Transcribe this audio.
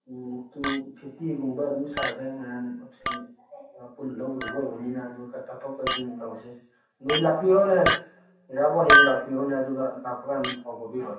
two fifty ꯒꯨꯝꯕ ꯑꯗꯨꯝ ꯁꯥꯒꯦ ꯃꯌꯥꯝ ꯉꯥꯁꯦ ꯄꯨꯟꯅ ꯂꯧꯒꯗꯕ ꯑꯣꯏꯕꯅꯤꯅ ꯑꯗꯨ ꯇꯥꯊꯣꯛ ꯇꯥꯁꯤꯟ ꯇꯧꯁꯤ ꯅꯣꯏ ꯂꯥꯛꯄꯤꯔꯣꯅꯦ ꯑꯣꯖꯥꯕꯨ ꯍꯌꯦꯡ ꯂꯥꯛꯄꯤꯔꯣꯅꯦ ꯑꯗꯨꯒ ꯂꯥꯛꯄ ꯀꯥꯟꯗ ꯑꯗꯨꯝ ꯄꯥꯎ ꯐꯥꯎꯕꯤꯔꯛꯑꯣꯅꯦ